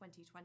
2020